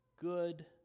Good